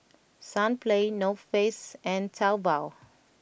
Sunplay North Face and Taobao